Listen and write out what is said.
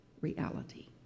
reality